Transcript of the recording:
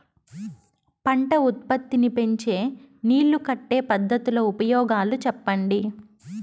పంట ఉత్పత్తి నీ పెంచే నీళ్లు కట్టే పద్ధతుల ఉపయోగాలు చెప్పండి?